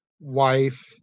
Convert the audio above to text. wife